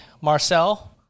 marcel